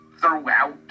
throughout